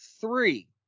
Three